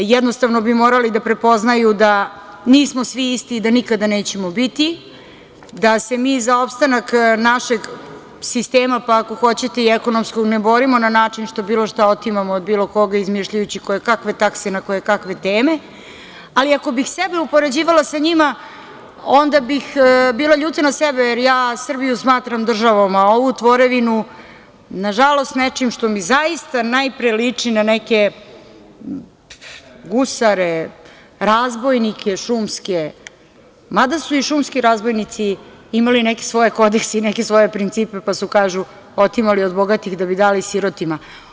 Jednostavno bi morali da prepoznaju da nismo svi isti i da nikada nećemo biti, da se mi za opstanak našeg sistema, pa ako hoćete i ekonomsku ne borimo na način što bilo šta otimamo od bilo koga i izmišljajući koje kakve takse i na koje kakve teme, ali ako bih sebe upoređivala sa njima onda bih bila ljuta i na sebe, jer ja Srbiju smatram državom, a ovu tvorevinu, nažalost, nečim što mi zaista, najpre liči na neke gusare, razbojnike šumske, mada su i šumski razbojnici imali neke svoje kodekse i neke svoje principe, pa su kažu, otimali od bogatih da bi dali sirotima.